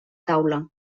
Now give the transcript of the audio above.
taula